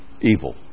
evil